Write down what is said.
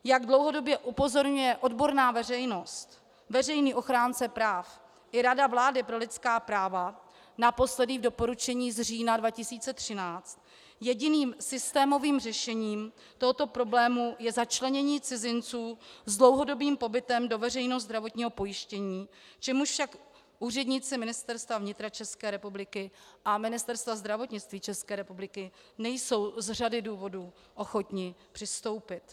Jak dlouhodobě upozorňuje odborná veřejnost, veřejný ochránce práv i Rada vlády pro lidská práva, naposled v doporučení z října 2013, jediným systémovým řešením tohoto problému je začlenění cizinců s dlouhodobým pobytem do veřejného zdravotního pojištění, k čemuž však úředníci Ministerstva vnitra České republiky a Ministerstva zdravotnictví České republiky nejsou z řady důvodů ochotni přistoupit.